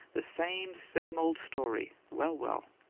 the same, same old story! well, well!